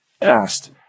asked